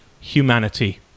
humanity